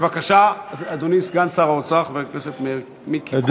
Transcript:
בבקשה, אדוני סגן שר האוצר חבר הכנסת מיקי לוי.